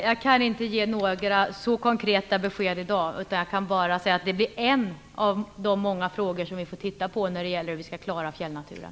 Fru talman! Jag kan inte ge så konkreta besked i dag. Jag kan bara säga att det blir en av de många frågor som vi får titta på när det gäller hur vi skall klara fjällnaturen.